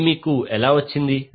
ఇది మీకు ఎలా వచ్చింది